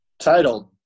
Titled